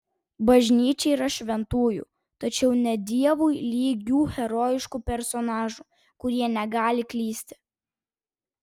bažnyčia yra šventųjų tačiau ne dievui lygių herojiškų personažų kurie negali klysti